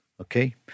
Okay